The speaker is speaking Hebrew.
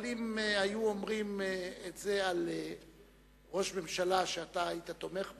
אבל אם היו אומרים את זה על ראש ממשלה שאתה היית תומך בו,